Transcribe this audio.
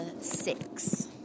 six